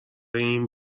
این